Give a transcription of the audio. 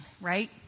right